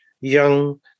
young